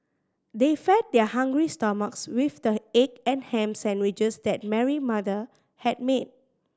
they fed their hungry stomachs with the egg and ham sandwiches that Mary mother had made